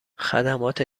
خدمات